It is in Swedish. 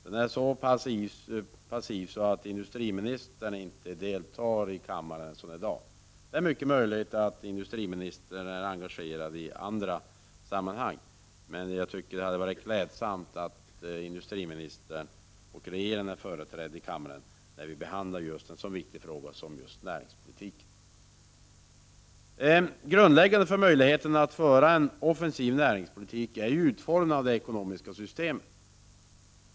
Det är så passivt att industriministern inte deltar i kammaren i dag. Det är mycket möjligt att industriministern är engagerad på annat håll. Jag tycker dock att det hade varit klädsamt om industriministern och regeringen hade varit företrädda i kammaren när vi behandlar en så viktig fråga som näringspolitiken. Herr talman! Grundläggande för möjligheterna att föra en offensiv näringspolitik är utformningen av det ekonomiska systemet.